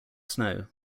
snow